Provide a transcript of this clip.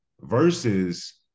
versus